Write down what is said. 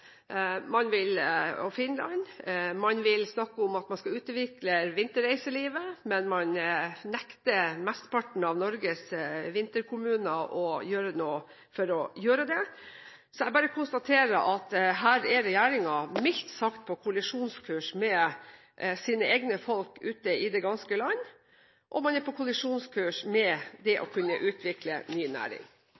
Man vil sende scootertrafikken til Sverige og Finland. Man snakker om at man skal utvikle vinterreiselivet, men man nekter mesteparten av Norges vinterkommuner å gjøre noe for det. Jeg må bare konstatere at her er regjeringen mildt sagt på kollisjonskurs med sine egne folk ute i det ganske land, og man er på kollisjonskurs med det å